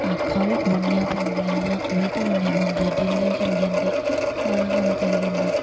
आक्खां बी खोड़नियां पौंदियां लक्क बी तोड़ने पौंदे डेल्ले बी चली जंदे सारा कम्म चली जंदा